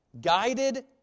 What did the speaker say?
...guided